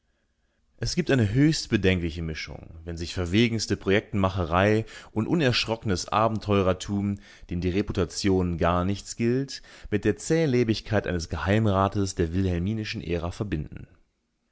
es gibt eine höchst bedenkliche mischung wenn sich verwegenste projektenmacherei und unerschrockenes abenteurertum dem die reputation gar nichts gilt mit der zählebigkeit eines geheimrates der wilhelminischen ära verbinden